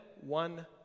one